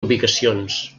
ubicacions